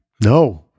No